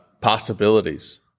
possibilities